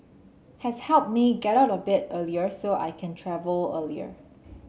has helped me get out of bed earlier so I can travel earlier